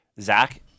zach